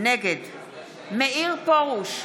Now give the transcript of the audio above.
מאיר פרוש,